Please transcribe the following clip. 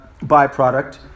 byproduct